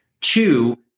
two